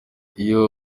iyo